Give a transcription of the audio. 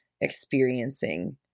experiencing